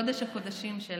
בקודש-הקודשים של